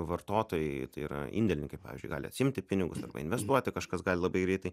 vartotojai tai yra indėlininkai pavyzdžiui gali atsiimti pinigus investuoti kažkas gali labai greitai